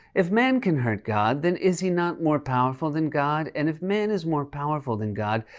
if man can hurt god, then is he not more powerful than god? and if man is more powerful than god,